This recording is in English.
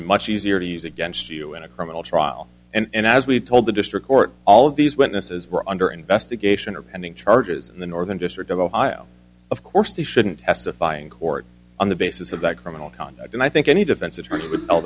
be much easier to use against you in a criminal trial and as we've told the district court all of these witnesses were under investigation or pending charges in the northern district of ohio of course they shouldn't testify in court on the basis of that criminal conduct and i think any defense attorney would tell